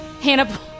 Hannah